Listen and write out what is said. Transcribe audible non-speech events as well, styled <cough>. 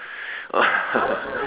<laughs>